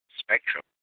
spectrum